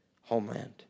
homeland